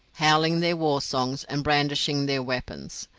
howling their war songs, and brandishing their weapons.